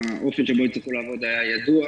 האופן שבו יצטרכו לעבוד היה ידוע.